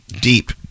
Deep